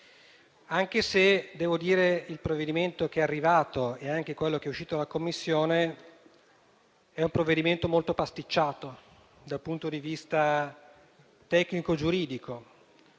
anche se devo dire che quello che è arrivato e anche quello che è uscito dalla Commissione è un provvedimento molto pasticciato dal punto di vista tecnico-giuridico.